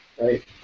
right